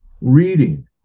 reading